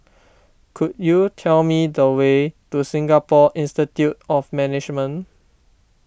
could you tell me the way to Singapore Institute of Management